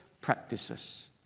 practices